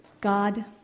God